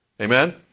Amen